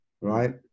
Right